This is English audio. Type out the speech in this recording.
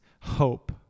hope